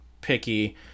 picky